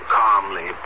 calmly